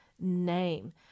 name